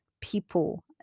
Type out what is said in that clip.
people